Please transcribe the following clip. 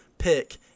Pick